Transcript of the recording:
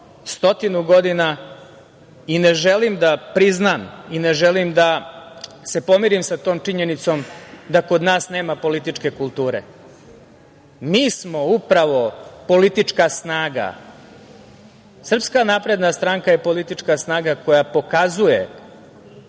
stotinu godina, i ne želim da priznam i ne želim da se pomirim sa tom činjenicom da kod nas nema političke kulture. Mi smo upravo politička snaga. Srpska napredna stranka je politička snaga koja pokazuje